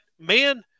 man